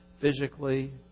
physically